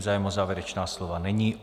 Zájem o závěrečná slova není.